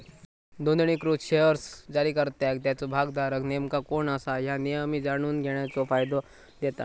नोंदणीकृत शेअर्स जारीकर्त्याक त्याचो भागधारक नेमका कोण असा ह्या नेहमी जाणून घेण्याचो फायदा देता